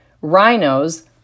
rhinos